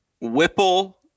Whipple